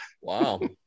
Wow